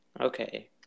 Okay